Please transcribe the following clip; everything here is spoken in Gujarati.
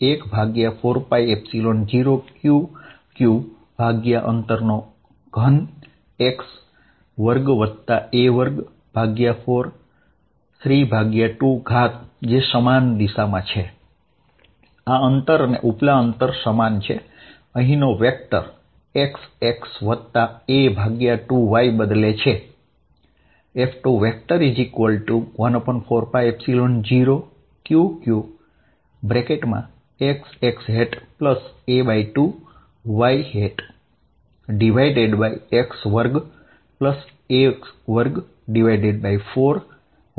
અને તેથી હું લખી શકું છું કે F214π0Q q x x a2 y x2a2432છે